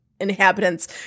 inhabitants